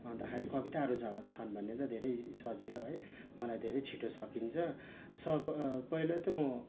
अन्तखेरि कविताहरू छ छन् भने त धेरै सजिलो है मलाई धेरै छिटो सकिन्छ सब पहिला त म